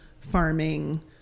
farming